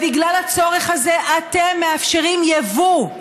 בגלל הצורך הזה אתם מאפשרים יבוא,